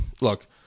look